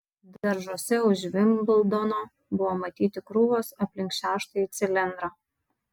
daržuose už vimbldono buvo matyti krūvos aplink šeštąjį cilindrą